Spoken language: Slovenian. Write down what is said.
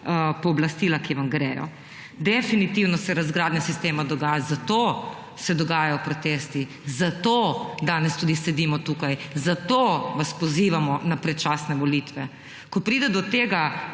pooblastila, ki vam grejo. Definitivno se razgradnja sistema dogaja - zato se dogajajo protesti Zato danes tudi sedimo tukaj, zato vas pozivamo na predčasne volitve. Ko pride do tega,